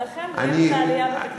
במערכת שלכם רואים את העלייה בתקציב.